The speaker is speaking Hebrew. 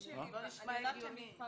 זה לא נשמע הגיוני.